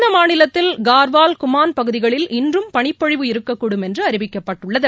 இந்த மாநிலத்தில் கார்வால் குமான் பகுதிகளில் இன்றும் பனிப்பொழிவு இருக்கக்கூடும் என்று அறிவிக்கப்பட்டுள்ளது